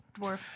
dwarf